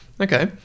okay